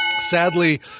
Sadly